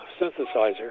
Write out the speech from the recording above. synthesizer